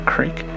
Creek